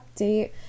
update